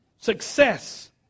success